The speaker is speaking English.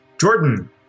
Jordan